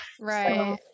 Right